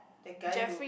that guy who